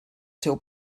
seu